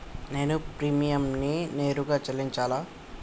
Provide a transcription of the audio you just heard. నేను ప్రీమియంని నేరుగా చెల్లించాలా?